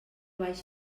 baix